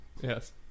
Yes